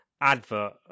advert